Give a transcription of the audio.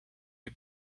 you